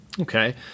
Okay